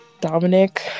Dominic